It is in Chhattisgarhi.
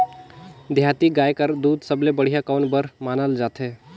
देहाती गाय कर दूध सबले बढ़िया कौन बर मानल जाथे?